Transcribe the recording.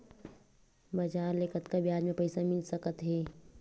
बजार ले कतका ब्याज म पईसा मिल सकत हे?